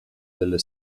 delle